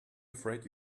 afraid